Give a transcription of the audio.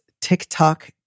TikTok